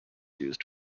used